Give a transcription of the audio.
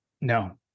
No